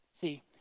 See